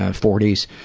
ah forty, so